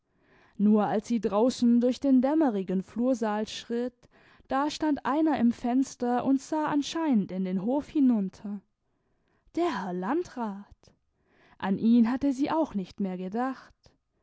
nur als sie draußen durch den dämmerigen flursaal schritt da stand einer im fenster und sah anscheinend in den hof hinunter der herr landrat an ihn hatte sie auch nicht mehr gedacht